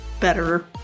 better